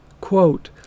Quote